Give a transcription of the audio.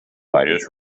fighters